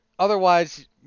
Otherwise